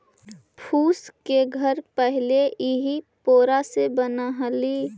फूस के घर पहिले इही पोरा से बनऽ हलई